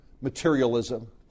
materialism